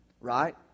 right